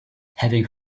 having